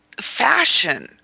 fashion